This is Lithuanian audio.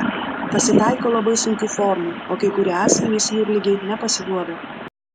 pasitaiko labai sunkių formų o kai kurie asmenys jūrligei nepasiduoda